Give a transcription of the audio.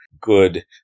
good